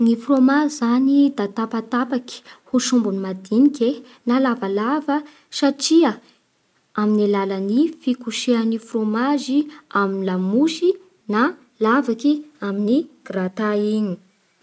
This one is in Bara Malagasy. Ny frômazy zany da tapatapaky ho sombiny madiniky e na lavalava satria amin'ny alalan'ny fikoseha ny frômazy amin'ny lamosy na lavaky amin'ny grata igny.